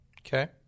Okay